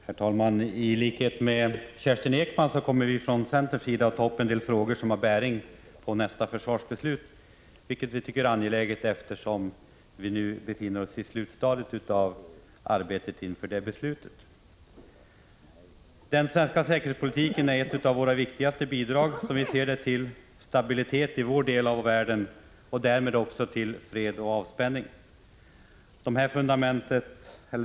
Herr talman! I likhet med Kerstin Ekman kommer vi från centerns sida att ta upp en del frågor som har bäring på nästa försvarsbeslut, vilket vi tycker är angeläget, eftersom vi nu befinner oss i slutstadiet av arbetet inför det beslutet. Den svenska säkerhetspolitiken är ett av våra viktigaste bidrag till stabilitet i vår del av världen och därmed till avspänning och fred.